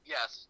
Yes